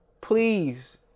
please